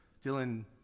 Dylan